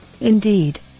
Indeed